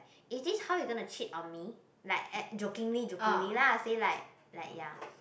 is this how you gonna cheat on me like at jokingly jokingly lah say like like ya